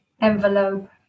envelope